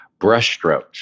brushstrokes